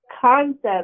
concept